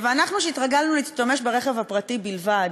ואנחנו שהתרגלנו להשתמש ברכב הפרטי בלבד